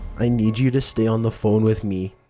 i need you to stay on the phone with me,